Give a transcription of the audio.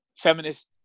feminist